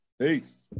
Peace